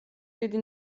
დიდი